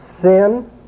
sin